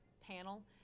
panel